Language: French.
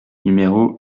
numéro